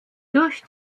durch